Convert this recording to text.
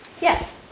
Yes